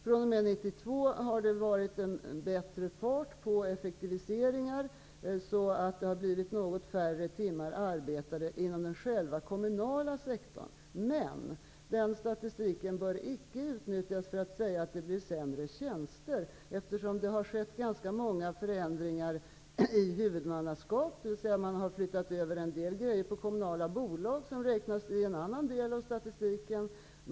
fr.o.m. 1992 har det varit en bättre fart på effektiviseringarna. Det har blivit något färre timmar arbetade inom själva den kommunala sektorn. Men den statistiken bör icke utnyttjas för att säga att det blir färre tjänster, eftersom det har skett ganska många förändringar i huvudmannaskap. Man har flyttat över en del saker till kommunala bolag, och dessa räknas in i en annan del av statistiken.